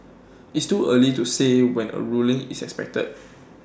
it's too early to say when A ruling is expected